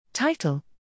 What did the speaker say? Title